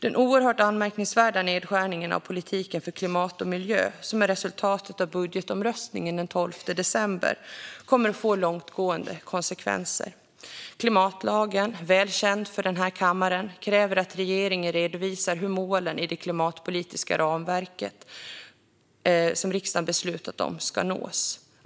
Den oerhört anmärkningsvärda nedskärning av politiken för klimat och miljö som är resultatet av budgetomröstningen den 12 december kommer att få långtgående konsekvenser. Klimatlagen - välkänd för denna kammare - kräver att regeringen redovisar hur målen i det klimatpolitiska ramverk som riksdagen har beslutat om ska nås.